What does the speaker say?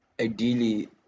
Ideally